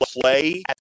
play